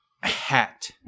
hat